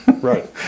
Right